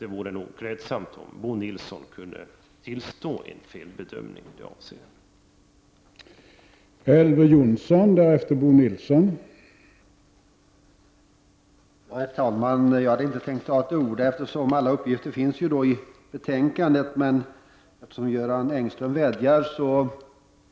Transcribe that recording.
Det vore klädsamt om Bo Nilsson kunde tillstå att han gjort en felbedömning i detta sammanhang.